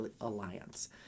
alliance